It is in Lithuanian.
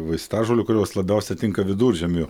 vaistažolių kurios labiausia tinka viduržiemio